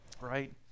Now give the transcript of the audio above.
right